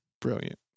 brilliant